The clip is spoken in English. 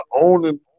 owning